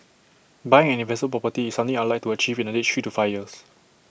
buying an invest property is something I'd like to achieve in the next three to five years